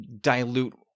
dilute